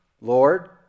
Lord